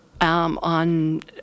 on